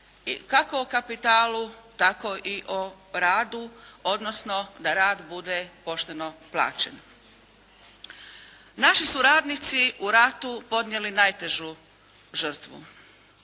kako o kapitalu tako i o radu odnosno da rad bude pošteno plaćen. Naši su radnici u ratu podnijeli najtežu žrtvu.